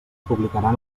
publicaran